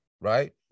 right